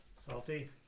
Salty